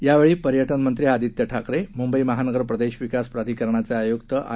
यावेळी पर्यटन मंत्री आदित्य ठाकरे मुंबई महानगर प्रदेश विकास प्राधिकरणाचे आयुक्त आर